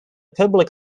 public